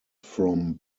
from